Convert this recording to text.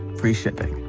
free shipping.